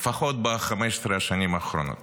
לפחות ב-15 השנים האחרונות.